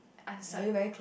answered